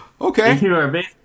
Okay